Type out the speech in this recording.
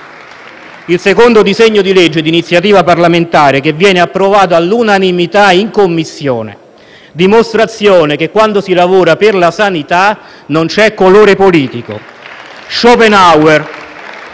il secondo disegno di legge di iniziativa parlamentare che viene approvato all'unanimità in Commissione, a dimostrazione che, quando si lavora per la sanità, non c'è colore politico. *(Applausi